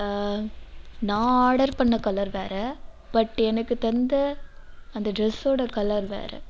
நான் ஆடர் பண்ண கலர் வேற பட் எனக்கு தந்த அந்த ட்ரெஸ்ஸோட கலர் வேற